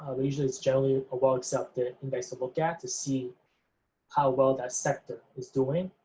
ah well, usually, it's generally a well accepted index to look at to see how well that sector is doing,